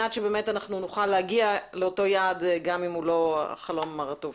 שנוכל להגיע לאותו יעד גם אם הוא לא החלום שלנו.